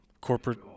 corporate